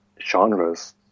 genres